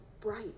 bright